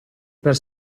per